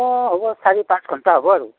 অঁ হ'ব চাৰি পাঁচ ঘণ্টা হ'ব আৰু